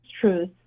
truth